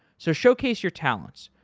so showcase your talents.